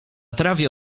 trawie